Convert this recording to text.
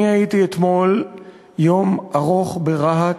אני הייתי אתמול יום ארוך ברהט,